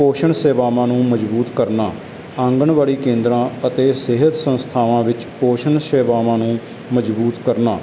ਪੋਸ਼ਣ ਸੇਵਾਵਾਂ ਨੂੰ ਮਜ਼ਬੂਤ ਕਰਨਾ ਆਂਗਨਵਾੜੀ ਕੇਂਦਰਾਂ ਅਤੇ ਸਿਹਤ ਸੰਸਥਾਵਾਂ ਵਿੱਚ ਪੋਸ਼ਣ ਸੇਵਾਵਾਂ ਨੂੰ ਮਜ਼ਬੂਤ ਕਰਨਾ